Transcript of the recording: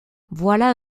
voilà